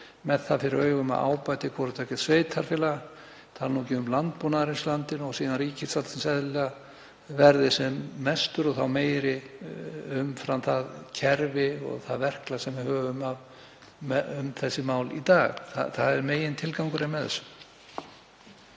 með það fyrir augum að ábati sveitarfélaga, ég tala nú ekki um landbúnaðarins í landinu, og síðan ríkisvaldsins, eðlilega, verði sem mestur og þá umfram það kerfi og það verklag sem við höfum um þessi mál í dag. Það er megintilgangurinn með þessu.